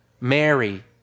Mary